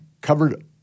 covered